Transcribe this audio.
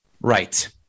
Right